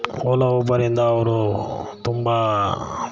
ಓಲಾ ಊಬರಿಂದ ಅವರು ತುಂಬ